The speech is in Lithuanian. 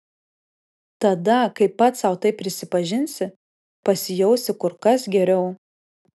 tada kai pats sau tai prisipažinsi pasijausi kur kas geriau